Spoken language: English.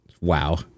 wow